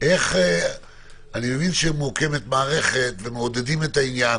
מבין שמוקמת מערכת ומעודדים את העניין